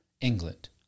England